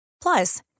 Plus